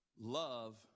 Love